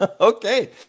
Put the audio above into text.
Okay